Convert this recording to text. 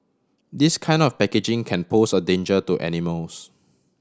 this kind of packaging can pose a danger to animals